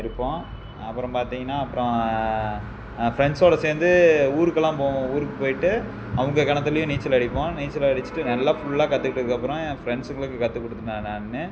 இருப்போம் அப்புறம் பார்த்தீங்கன்னா அப்புறம் ஃப்ரெண்ட்ஸோடு சேர்ந்து ஊருக்கெல்லாம் போவோம் ஊருக்கு போய்விட்டு அவங்க கிணத்துலையும் நீச்சல் அடிப்போம் நீச்சல் அடிச்சுட்டு நல்லா ஃபுல்லாக கற்றுக்கிட்டதுக்கப்பறம் என் ஃப்ரெண்ட்ஸுங்களுக்கு கற்றுக் கொடுத்துட்டேன் நான்